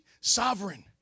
sovereign